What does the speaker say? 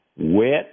wet